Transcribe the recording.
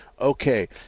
Okay